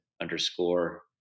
underscore